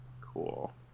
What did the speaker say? Cool